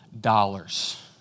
dollars